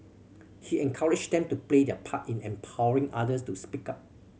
he encouraged them to play their part in empowering others to speak up